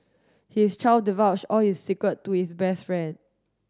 his child divulge all his secret to his best friend